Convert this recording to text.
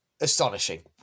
astonishing